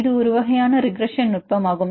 இது ஒரு வகையான பல ரிக்ரஸ்ஸோன் நுட்பமாகும்